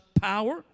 power